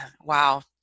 Wow